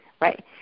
Right